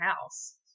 house